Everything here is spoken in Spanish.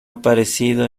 aparecido